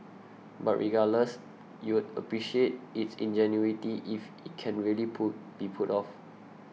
but regardless you'd appreciate its ingenuity if it can really pull be pulled off